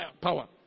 power